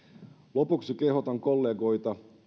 lopuksi kehotan kollegoita